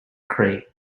krai